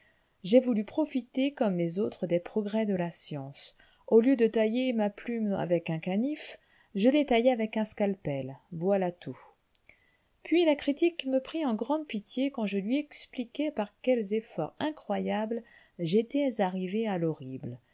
j'ai voulu profiter comme les autres des progrès de la science au lieu de tailler ma plume avec un canif je l'ai taillée avec un scalpel voilà tout puis la critique me prit en grande pitié quand je lui expliquai par quels efforts incroyables j'étais arrivé à l'horrible